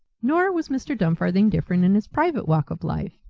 nor was mr. dumfarthing different in his private walk of life.